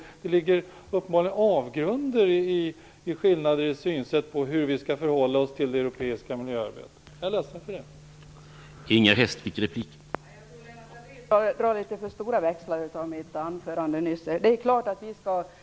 Det finns uppenbarligen avgrunder mellan våra synsätt i fråga om hur vi skall förhålla oss till det europeiska miljöarbetet. Jag är ledsen för det.